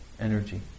energy